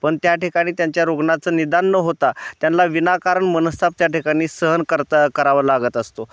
पण त्या ठिकाणी त्यांच्या रुग्णाचं निदान न होता त्यांना विनाकारण मनस्ताप त्या ठिकाणी सहन करता करावा लागत असतो